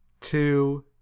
two